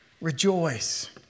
rejoice